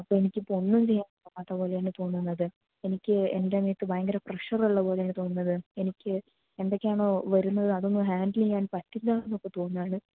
അപ്പം എനിക്കിപ്പോൾ ഒന്നും ചെയ്യാൻ പറ്റാത്ത പോലെയാണ് തോന്നുന്നത് എനിക്ക് എന്റെ നേർക്ക് ഭയങ്കര പ്രെഷർ ഉള്ള പോലെയാണ് തോന്നുന്നത് എനിക്ക് എന്തൊക്കെയാണോ വരുന്നത് അതൊന്നും ഹാൻഡില് ചെയ്യാൻ പറ്റില്ല എന്നൊക്കെ തോന്നുകയാണ്